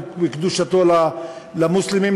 בקדושתו למוסלמים,